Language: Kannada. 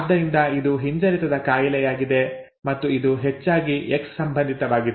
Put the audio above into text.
ಆದ್ದರಿಂದ ಇದು ಹಿಂಜರಿತದ ಕಾಯಿಲೆಯಾಗಿದೆ ಮತ್ತು ಇದು ಹೆಚ್ಚಾಗಿ ಎಕ್ಸ್ ಸಂಬಂಧಿತವಾಗಿದೆ